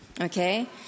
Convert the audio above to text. Okay